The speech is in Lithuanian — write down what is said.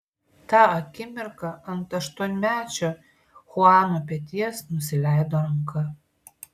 tą akimirką ant aštuonmečio chuano peties nusileido ranka